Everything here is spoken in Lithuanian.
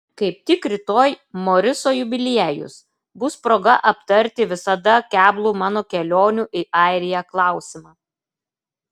kaip tik rytoj moriso jubiliejus bus proga aptarti visada keblų mano kelionių į airiją klausimą